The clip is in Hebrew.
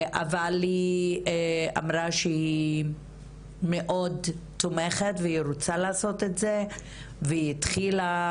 אבל היא אמרה שהיא מאוד תומכת והיא רוצה לעשות את זה והיא התחילה,